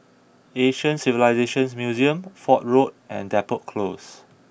Asian Civilisations Museum Fort Road and Depot Close